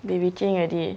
they reaching already